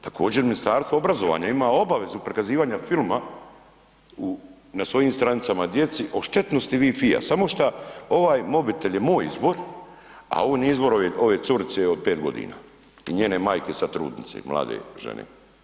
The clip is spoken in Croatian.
Također ministarstvo obrazovanja ima obavezu prikazivanja filma na svojim stranicama djeci o štetnosti Wi-Fia samo što ovaj mobitel je moj izbor, a ovo nije izbor ove curice od 5 godina i njene majke sada trudnice mlade žene.